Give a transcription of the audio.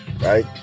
right